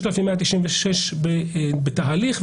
6,196 בתהליך.